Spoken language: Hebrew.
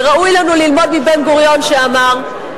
וראוי לנו ללמוד מבן-גוריון שאמר,